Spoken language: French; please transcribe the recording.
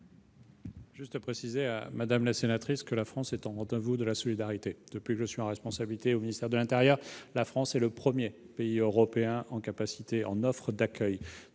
du Gouvernement ? Madame la sénatrice, la France est au rendez-vous de la solidarité. Depuis que je suis aux responsabilités au ministère de l'intérieur, notre pays est le premier pays européen en capacité et en offre d'accueil